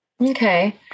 Okay